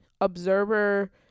observer